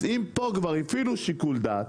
אז אם פה כבר הפעילו שיקול דעת,